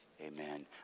amen